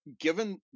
given